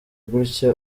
gutya